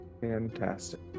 Fantastic